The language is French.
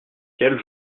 quel